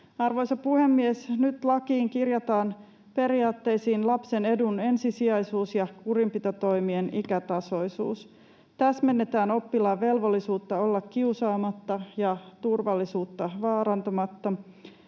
Arvoisa puhemies! Nyt lakiin kirjataan periaatteisiin lapsen edun ensisijaisuus ja kurinpitotoimien ikätasoisuus. Täsmennetään oppilaan velvollisuutta olla kiusaamatta ja turvallisuutta vaarantamatta.